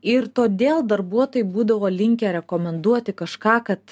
ir todėl darbuotojai būdavo linkę rekomenduoti kažką kad